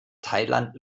thailand